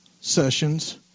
sessions